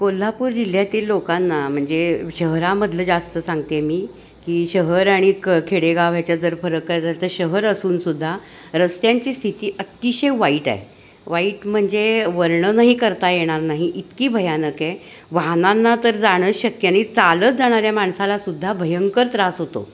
कोल्हापूर जिल्ह्यातील लोकांना म्हणजे शहरामधलं जास्त सांगते मी की शहर आणिक खेडेगाव ह्याच्यात जर फरक करायचं झालं तर शहर असूनसुद्धा रस्त्यांची स्थिती अतिशय वाईट आहे वाईट म्हणजे वर्णनही करता येणार नाही इतकी भयानक आहे वाहनांना तर जाणंच शक्य नाही चालत जाणाऱ्या माणसालासुद्धा भयंकर त्रास होतो